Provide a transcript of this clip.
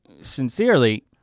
sincerely